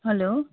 hello